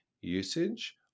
usage